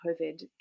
COVID